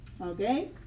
okay